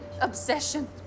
obsession